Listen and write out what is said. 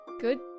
good